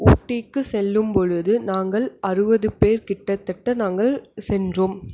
ஊட்டிக்கு செல்லும்பொழுது நாங்கள் அறுபது பேர் கிட்டத்திட்ட நாங்கள் சென்றோம்